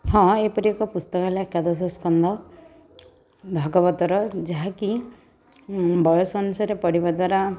ହଁ ଏପରି ଏକ ପୁସ୍ତକ ହେଲା ଏକାଦଶସ୍କନ୍ଦ ଭାଗବତର ଯାହାକି ଉଁ ବୟସ ଅନୁସାରେ ପଢ଼ିବା ଦ୍ୱାରା